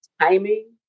timing